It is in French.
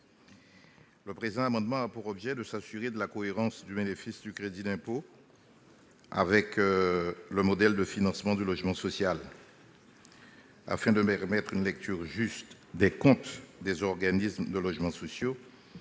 Le présent amendement a pour objet de s'assurer de la cohérence du bénéfice du crédit d'impôt avec le modèle de financement du logement social. Afin de permettre une lecture juste des comptes des organismes de logement social